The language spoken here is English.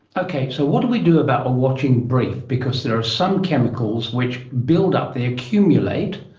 okay, so what do we do about a watching brief, because there are some chemicals which build up, they accumulate,